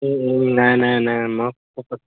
নাই নাই নাই মই অঁ অঁ